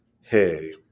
hey